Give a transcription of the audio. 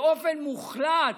באופן מוחלט,